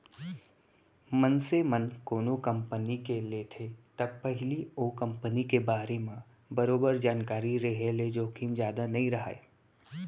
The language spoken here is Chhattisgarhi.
मनसे मन कोनो कंपनी के लेथे त पहिली ओ कंपनी के बारे म बरोबर जानकारी रेहे ले जोखिम जादा नइ राहय